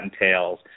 entails